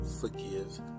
forgive